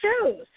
shows